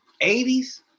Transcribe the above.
80s